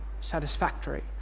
satisfactory